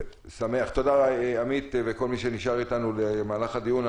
תודה, עמית, וכל מי שנשאר איתנו במהלך הדיון.